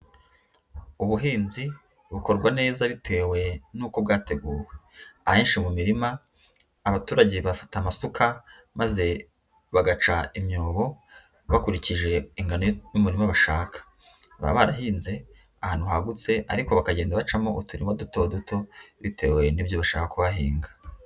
Ubuhinzi bukorwa neza bitewe nuko bwateguwe. Ahenshi mu mirima abaturage bafata amasuka maze bagaca imyobo, bakurikije ingano y'umurima bashaka, baba barahinze ahantu hagutse ariko bakagenda bacamo uturimo dutoduto, bitewe n'ibyo bashaka kuhahinga.